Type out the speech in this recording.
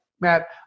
Matt